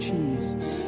Jesus